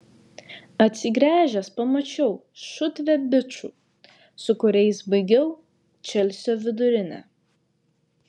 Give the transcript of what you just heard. atsigręžęs pamačiau šutvę bičų su kuriais baigiau čelsio vidurinę